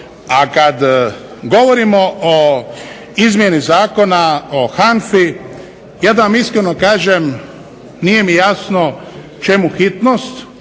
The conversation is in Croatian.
A kada govorimo o izmjeni Zakona o HANFA-i ja da vam iskreno kažem nije jasno čemu hitnost,